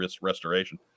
restoration